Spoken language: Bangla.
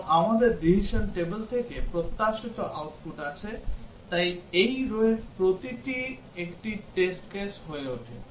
এবং আমাদের decision table থেকে প্রত্যাশিত আউটপুট আছে তাই এই রো'য়ের প্রতিটি একটি টেস্ট কেস হয়ে ওঠে